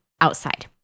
outside